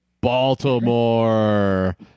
Baltimore